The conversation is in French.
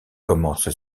commence